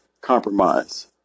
compromise